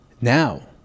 Now